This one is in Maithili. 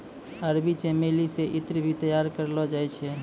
अरबी चमेली से ईत्र भी तैयार करलो जाय छै